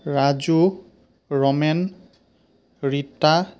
Raju Ramen Rita